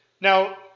Now